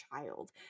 child